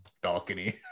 balcony